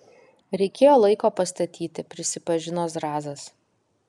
reikėjo laiko pastatyti prisipažino zrazas